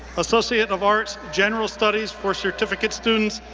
associate of arts, general studies for certificate students.